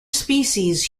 species